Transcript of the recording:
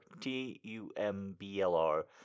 T-U-M-B-L-R